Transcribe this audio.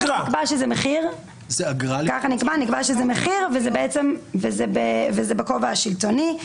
נקבע שזה מחיר, כך נקבע, וזה בכובע השלטוני.